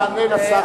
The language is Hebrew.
תענה לשר בגין.